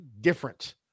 different